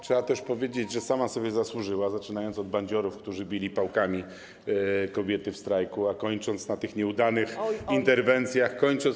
Trzeba też powiedzieć, że sama sobie zasłużyła, zaczynając od bandziorów, którzy bili pałkami kobiety podczas strajku, a na tych nieudanych interwencjach kończąc.